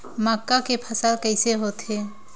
मक्का के फसल कइसे होथे?